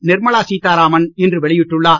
நிர்மலா சீதாராமன் இன்று வெளியிட்டுள்ளார்